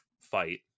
fight